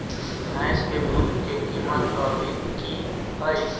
भैंस के दूध के कीमत अभी की हई?